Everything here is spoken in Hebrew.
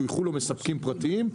שויכו להם מספקים פרטיים,